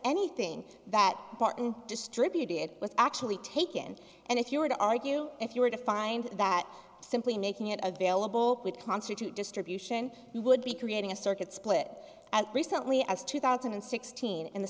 anything that barton distributed was actually taken and if you were to argue if you were to find that simply making it available would constitute distribution you would be creating a circuit split as recently as two thousand and sixteen in the